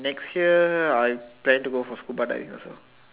next year I plan to go for scuba diving